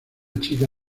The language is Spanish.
chica